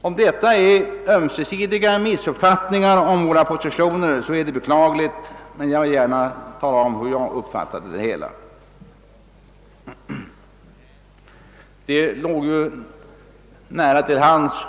Om detta är ömsesidiga missuppfattningar om våra positioner är det beklagligt, men jag har velat tala om hur jag har uppfattat det hela.